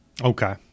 Okay